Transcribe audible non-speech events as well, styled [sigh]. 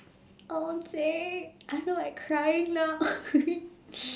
!aww! J I know I crying now [laughs]